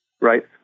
right